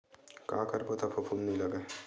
का करबो त फफूंद नहीं लगय?